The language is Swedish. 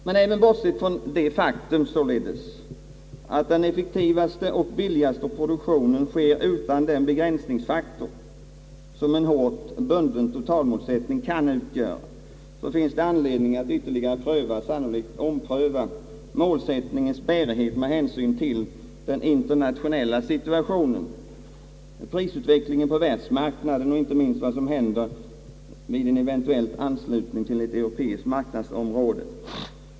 Men även bortsett från det faktum att den effektivaste och billigaste produktionen sker utan den begränsningsfaktor, som en hårt bunden totalmålsättning kan utgöra, kan det finnas anledning att ompröva målsättningens bärighet med hänsyn till den internationella situationen, prisutvecklingen på världsmarknaden och inte minst vad som händer vid en eventuell anslutning till ett europeiskt marknadsområde.